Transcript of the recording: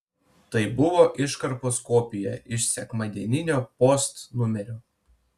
tai buvo iškarpos kopija iš sekmadieninio post numerio